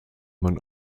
man